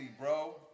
bro